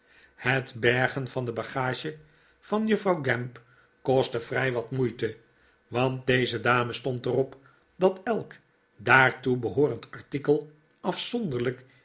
het befgen van de bagage van juffrouw gamp kostte vrij wat moeite want deze dame stond er op dat elk daartoe behoorend artikel afzonderlijk